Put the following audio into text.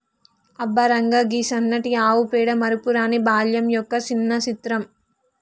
అబ్బ రంగా, గీ సన్నటి ఆవు పేడ మరపురాని బాల్యం యొక్క సిన్న చిత్రం